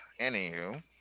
anywho